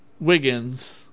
Wiggins